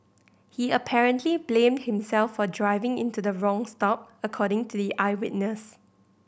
he apparently blamed himself for driving into the wrong stop according to the eyewitness